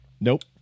Nope